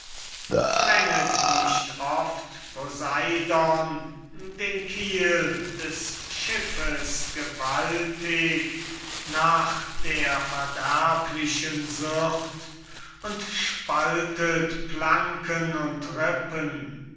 dränget nicht oft poseidon den kiel des schiffes gewaltig nach der verderblichen syrt und spaltet planken und ribben